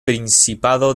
principado